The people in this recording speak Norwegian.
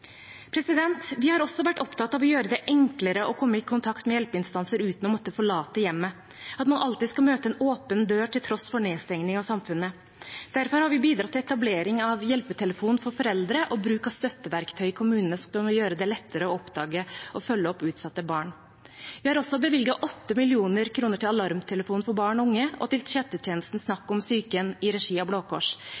Vi har også vært opptatt av å gjøre det enklere å komme i kontakt med hjelpeinstanser uten å måtte forlate hjemmet – at man alltid skal møte en åpen dør til tross for nedstenging av samfunnet. Derfor har vi bidratt til etablering av hjelpetelefon for foreldre og bruk av støtteverktøy i kommunene, som vil gjøre det lettere å oppdage og følge opp utsatte barn. Vi har også bevilget 8 mill. kr til alarmtelefonen for barn og unge og til chattetjenesten